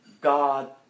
God